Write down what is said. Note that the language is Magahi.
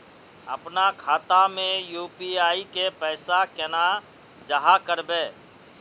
अपना खाता में यू.पी.आई के पैसा केना जाहा करबे?